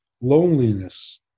Loneliness